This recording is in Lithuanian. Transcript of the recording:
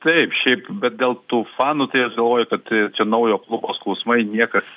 taip šiaip bet dėl tų fanų tai aš galvoju kad čia naujo klubo skausmai niekas